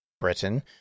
Britain